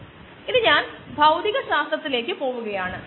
അതോടൊപ്പം ലാബ് കുറച്ചു ദിവസത്തേക്ക് അടച്ചിരിക്കുകയും ചെയ്യുന്നു